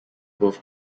both